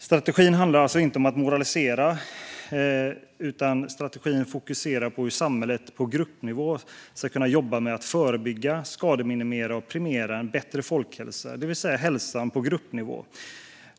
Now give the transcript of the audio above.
Strategin handlar inte om att moralisera, utan den fokuserar på hur samhället på gruppnivå ska jobba med att förebygga, skademinimera och premiera en bättre folkhälsa, det vill säga hälsan på gruppnivå.